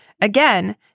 Again